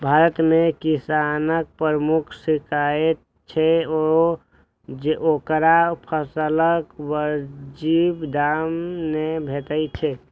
भारत मे किसानक प्रमुख शिकाइत छै जे ओकरा फसलक वाजिब दाम नै भेटै छै